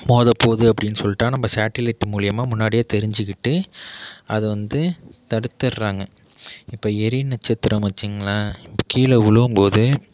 மோதப்போகுது அப்படின்னு சொல்லிட்டா நம்ம சேட்டிலைட் மூலயமா முன்னாடியே தெரிஞ்சிக்கிட்டு அதை வந்து தடுத்துடறாங்க இப்போ எரி நட்சத்திரம் வச்சிங்களேன் கீழே விழும்போது